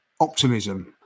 optimism